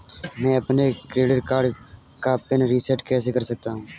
मैं अपने credit card का पिन रिसेट कैसे कर सकता हूँ?